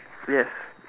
yes